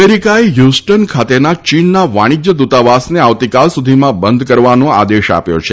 અમેરિકાએ હ્યુસ્ટન ખાતેના ચીનના વાણિજ્ય દૂતાવાસને આવતીકાલ સુધીમાં બંધ કરવાનો આદેશ આપ્યો છે